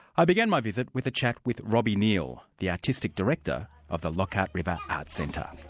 i began my visit with a chat with robbi neal, the artistic director of the lockhart river art centre.